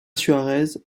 suárez